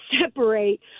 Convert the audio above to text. separate